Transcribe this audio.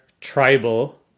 tribal